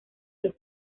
los